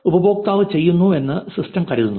ഉപയോക്താവ് ചെയ്യുന്നുവെന്ന് സിസ്റ്റം കരുതുന്നു